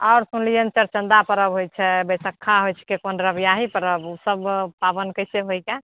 आओर सुनलिअनि चौड़चन्दा परब होइत छै बैशखा होइ छिकै परब ओ सभ पाबनि कैसे होइए